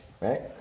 right